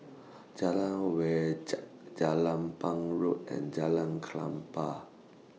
Jalan Wajek Jelapang Road and Jalan Klapa